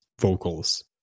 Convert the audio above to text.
vocals